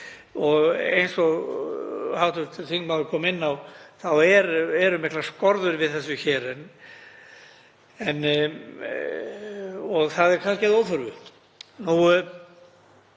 Eins og hv. þingmaður kom inn á eru miklar skorður við þessu hér, og það er kannski að óþörfu.